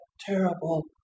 terrible